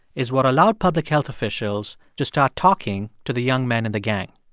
is what allowed public health officials to start talking to the young men in the gang.